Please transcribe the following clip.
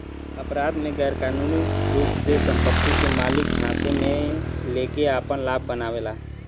अपराध में गैरकानूनी रूप से संपत्ति के मालिक झांसे में लेके आपन लाभ बनावेला